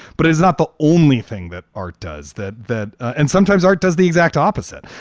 but it is not the only thing that art does that that and sometimes art does the exact opposite.